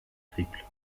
triples